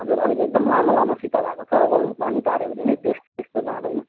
हजुर एकदम लामो लामो फिता भएको छ हो पानी ताऱ्यो भने नि टेस्ट त्यस्तो जाँदैन